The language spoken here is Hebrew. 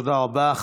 תודה רבה.